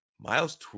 Miles